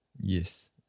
Yes